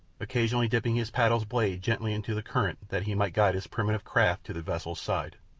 occasionally dipping his paddle's blade gently into the current that he might guide his primitive craft to the vessel's side.